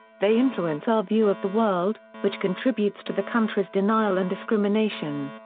they influence our view of the world, which contributes to the country's denial and discrimination.